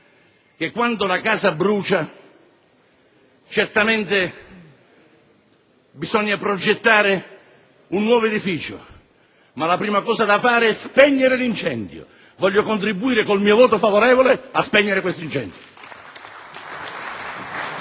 che, quando la casa brucia, certamente bisogna progettare un nuovo edificio, ma la prima cosa da fare è spegnere l'incendio. Voglio contribuire con il mio voto favorevole a spegnere questo incendio.